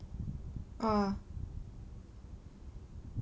uh